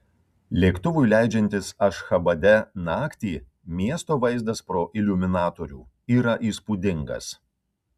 lėktuvui leidžiantis ašchabade naktį miesto vaizdas pro iliuminatorių yra įspūdingas